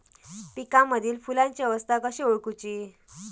पिकांमदिल फुलांची अवस्था कशी ओळखुची?